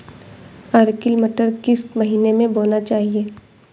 Arkel मटर किस महीना में बोना चाहिए?